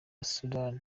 sudani